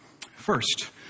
First